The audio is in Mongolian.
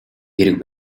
хэрэг